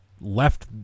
left